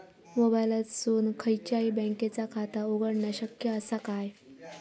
मोबाईलातसून खयच्याई बँकेचा खाता उघडणा शक्य असा काय?